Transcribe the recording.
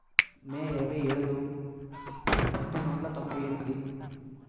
మే ఇరవై ఏడు పంతొమ్మిది వందల తొంభై ఎనిమిది